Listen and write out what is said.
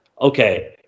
okay